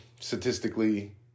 statistically